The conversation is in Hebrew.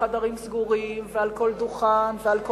בחדרים סגורים ומעל כל דוכן וכל במה,